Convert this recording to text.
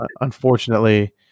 unfortunately